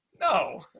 No